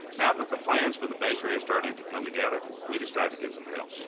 now that the plans for the bakery are starting to come together, we decided to get some help.